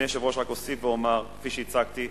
אדוני היושב-ראש, רק אוסיף ואומר: כפי שהצגתי,